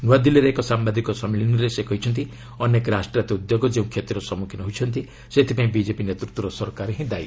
ନୂଆଦିଲ୍ଲୀରେ ଏକ ସାମ୍ବାଦିକ ସମ୍ମିଳନୀରେ ସେ କହିଛନ୍ତି ଅନେକ ରାଷ୍ଟ୍ରାୟତ ଉଦ୍ୟୋଗ ଯେଉଁ କ୍ଷତିର ସମ୍ମୁଖୀନ ହୋଇଛନ୍ତି ସେଥିପାଇଁ ବିଜେପି ନେତୃତ୍ୱର ସରକାର ଦାୟୀ